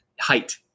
height